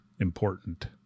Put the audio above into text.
important